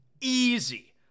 easy